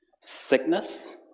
Sickness